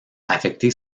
affecté